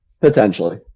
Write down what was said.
Potentially